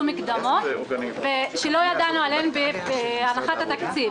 מקדמות שלא ידענו עליהן בהנחת התקציב.